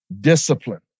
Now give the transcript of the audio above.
discipline